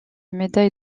médaille